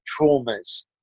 traumas